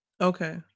Okay